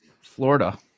Florida